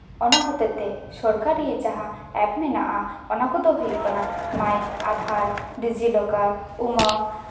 ᱚᱱᱟ ᱦᱚᱛᱮᱜ ᱛᱮ ᱥᱚᱨᱠᱟᱨᱤ ᱡᱟᱦᱟᱸ ᱮᱯ ᱢᱮᱱᱟᱜᱼᱟ ᱚᱱᱟ ᱠᱚᱫᱚ ᱦᱩᱭᱩᱜ ᱠᱟᱱᱟ ᱢᱟᱭ ᱟᱫᱷᱟᱨ ᱰᱤᱡᱤ ᱞᱚᱠᱟᱨ ᱩᱢᱟᱹᱝ